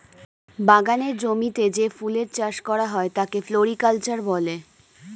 বাগানের জমিতে যে ফুলের চাষ করা হয় তাকে ফ্লোরিকালচার বলে